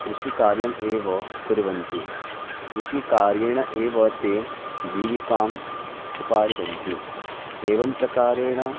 कृषिकार्यम् एव कुर्वन्ति कृषिकार्येण एव ते जीविकाम् उपार्जन्ति एवं प्रकारेण